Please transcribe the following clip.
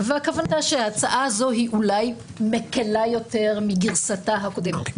הכוונה הייתה שההצעה הזו היא אולי מקלה יותר מגרסתה הקודמת.